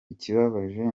ikibabaje